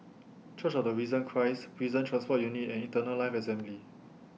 Church of The Risen Christ Prison Transport Unit and Eternal Life Assembly